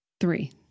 Three